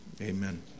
Amen